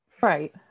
right